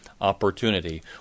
opportunity